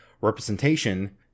representation